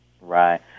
Right